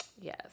Yes